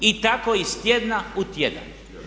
I tako iz tjedna u tjedan.